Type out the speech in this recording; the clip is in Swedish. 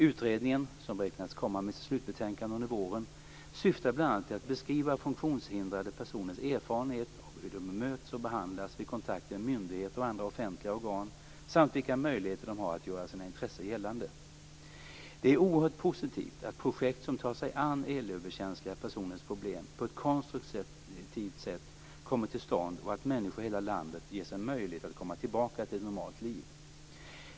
Utredningen, som beräknas komma med sitt slutbetänkande under våren, syftar bl.a. till att beskriva funktionshindrade personers erfarenhet och hur de bemöts och behandlas vid kontakter med myndigheter och andra offentliga organ samt vilka möjligheter de har att göra sina intressen gällande. Det är oerhört positivt att projekt som tar sig an elöverkänsliga personers problem på ett konstruktivt sätt kommer till stånd och att människor i hela landet ges en möjlighet att komma tillbaka till ett normalt liv.